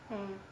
mm